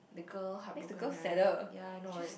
the girl heartbroken right ya I know